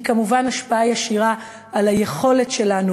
היא כמובן השפעה ישירה על היכולת שלנו